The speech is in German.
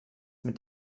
mit